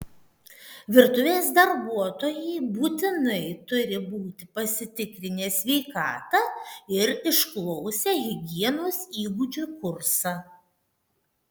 virtuvės darbuotojai būtinai turi būti pasitikrinę sveikatą ir išklausę higienos įgūdžių kursą